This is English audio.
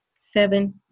seven